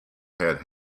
had